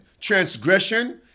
transgression